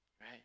Right